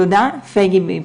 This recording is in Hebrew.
תודה, פייגי ליבס'.